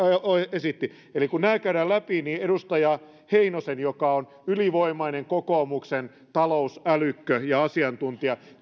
esitti eli kun nämä käydään läpi niin edustaja heinosen joka on ylivoimainen kokoomuksen talousälykkö ja asiantuntija